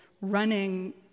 running